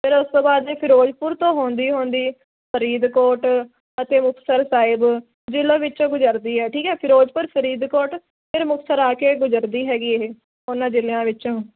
ਫਿਰ ਉਸ ਤੋਂ ਬਾਅਦ ਇਹ ਫਿਰੋਜ਼ਪੁਰ ਤੋਂ ਹੁੰਦੀ ਹੁੰਦੀ ਫਰੀਦਕੋਟ ਅਤੇ ਮੁਕਤਸਰ ਸਾਹਿਬ ਜ਼ਿਲ੍ਹਾ ਵਿੱਚੋਂ ਗੁਜਰਦੀ ਹੈ ਠੀਕ ਹੈ ਫਿਰੋਜ਼ਪੁਰ ਫਰੀਦਕੋਟ ਫਿਰ ਮੁਕਤਸਰ ਆ ਕੇ ਗੁਜ਼ਰਦੀ ਹੈਗੀ ਇਹ ਉਹਨਾਂ ਜ਼ਿਲ੍ਹਿਆਂ ਵਿੱਚੋਂ